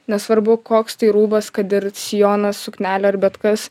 nesvarbu koks tai rūbas kad ir sijonas suknelė ar bet kas